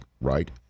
right